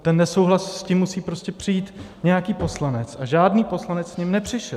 Ten nesouhlas, s tím musí prostě přijít nějaký poslanec, a žádný poslanec s ním nepřišel.